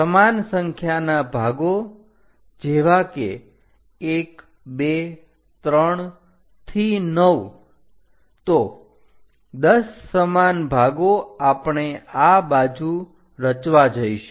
સમાન સંખ્યાના ભાગો જેવા કે 123 થી 9 તો 10 સમાન ભાગો આપણે આ બાજુ રચવા જઈશું